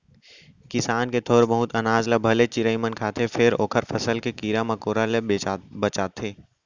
किसान के थोर बहुत अनाज ल भले चिरई मन खाथे फेर ओखर फसल के कीरा मकोरा ले बचाथे